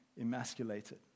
emasculated